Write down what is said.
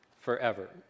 forever